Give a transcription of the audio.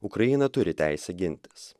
ukraina turi teisę gintis